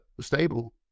stable